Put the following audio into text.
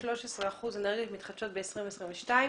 13-12 אחוזים אנרגיות מתחדשות ב-2022,